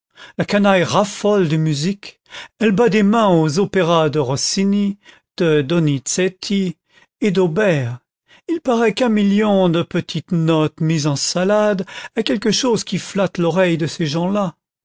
la canaille raffole de musique elle bat des mains aux opéras de rossini de donizetti et d'auber il paraît qu'un million de petites notes mises en salade a quelque chose qui flatte l'oreille de ces gens-là